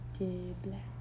black